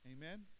Amen